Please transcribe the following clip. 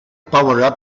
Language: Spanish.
power